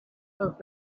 but